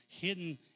hidden